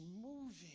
moving